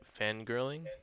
fangirling